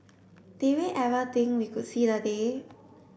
did we ever think we could see the day